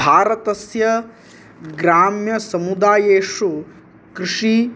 भारतस्य ग्रम्यसमुदायेषु कृषी